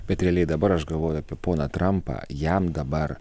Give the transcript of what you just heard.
bet realiai dabar aš galvoju apie poną trampą jam dabar